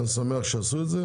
אני שמח שעשו את זה.